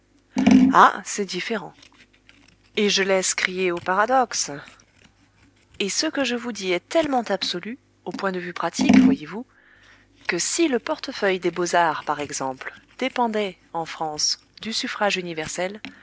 ah c'est différent et je laisse crier au paradoxe et ce que je vous dis est tellement absolu au point de vue pratique voyez-vous que si le portefeuille des beaux-arts par exemple dépendait en france du suffrage universel